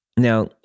Now